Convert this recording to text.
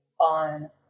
on